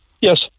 Yes